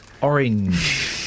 orange